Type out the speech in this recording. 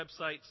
websites